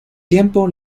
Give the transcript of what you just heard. tiempo